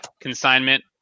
consignment